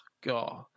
God